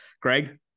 Greg